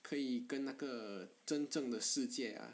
可以跟那个真正的世界 ah